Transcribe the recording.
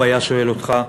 הוא היה שואל אותך,